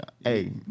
Hey